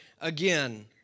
again